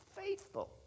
faithful